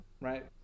right